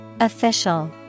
Official